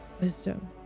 wisdom